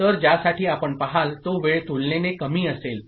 तर ज्यासाठी आपण पहाल तो वेळ तुलनेने कमी असेल